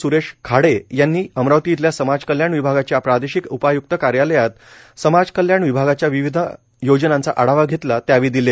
स्रेश खाडे यांनी अमरावती इथल्या समाज कल्याण विभागाच्या प्रादेशिक उपायक्त कार्यालयात समाज कल्याण विभागाच्या विविध योजनांचा आढावा धेतला त्यावेळी दिले